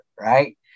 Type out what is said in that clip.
right